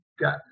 got